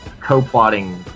co-plotting